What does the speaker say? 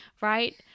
right